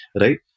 right